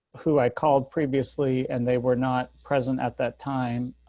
who i called previously and they were not present at that time,